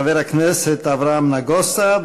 חבר הכנסת אברהם נגוסה,